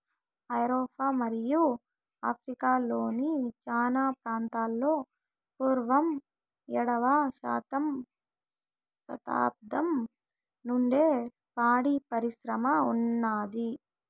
ఐరోపా మరియు ఆఫ్రికా లోని చానా ప్రాంతాలలో పూర్వం ఏడవ శతాబ్దం నుండే పాడి పరిశ్రమ ఉన్నాది